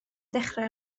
dechrau